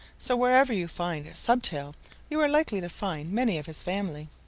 so wherever you find stubtail you are likely to find many of his family.